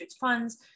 funds